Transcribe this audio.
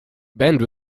bend